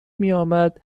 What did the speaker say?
میآمد